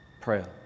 prayer